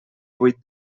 vuit